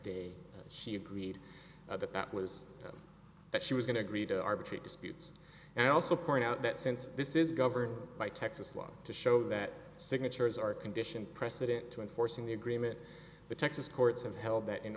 day she agreed that that was that she was going to agree to arbitrate disputes and also point out that since this is governed by texas law to show that signatures are a condition precedent to enforcing the agreement the texas courts have held that in